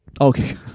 Okay